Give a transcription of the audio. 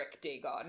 Dagon